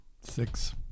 six